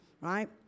right